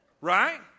right